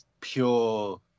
pure